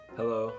Hello